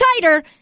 tighter